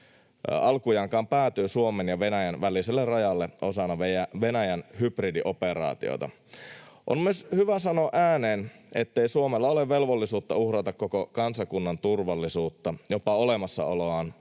alkujaankaan päätyy Suomen ja Venäjän väliselle rajalle osana Venäjän hybridioperaatiota. On myös hyvä sanoa ääneen, ettei Suomella ole velvollisuutta uhrata koko kansakunnan turvallisuutta, jopa olemassaoloaan,